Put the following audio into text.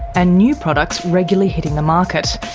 and new products regularly hitting the market.